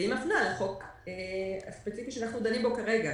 והיא מפנה לחוק הספציפי שאנחנו דנים בו כרגע.